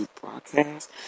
broadcast